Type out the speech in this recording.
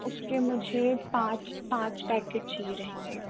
उसके मुझे पाँच पाँच पैकेट चाहिए रहेंगे